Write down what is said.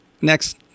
next